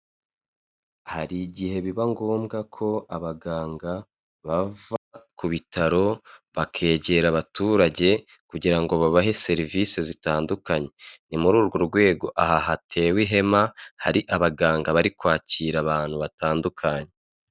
Hari igihe biba ngombwa ko abaganga bava ku bitaro bakegera abaturage kugira babahe serivisi zitandukanye, ni muri urwo rwego aha hatewe ihema hari abaganga bari kwakira abantu batandukanye.